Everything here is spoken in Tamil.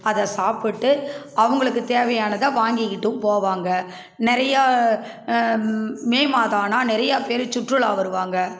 அதை சாப்பிட்டு அவங்களுக்குத் தேவையானதை வாங்கிக்கிட்டும் போவாங்க நிறையா மே மாதம் ஆனால் நிறையாப் பேர் சுற்றுலா வருவாங்க